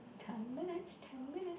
ten minutes ten minutes